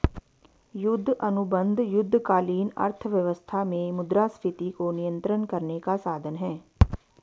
युद्ध अनुबंध युद्धकालीन अर्थव्यवस्था में मुद्रास्फीति को नियंत्रित करने का साधन हैं